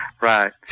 Right